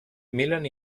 milan